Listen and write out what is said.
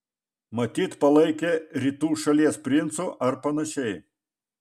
matyt palaikė rytų šalies princu ar panašiai